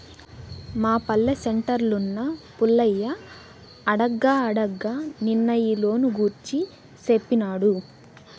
మా పల్లె సెంటర్లున్న పుల్లయ్య అడగ్గా అడగ్గా నిన్నే ఈ లోను గూర్చి సేప్పినాడు